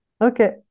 Okay